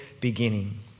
beginning